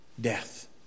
Death